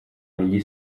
negli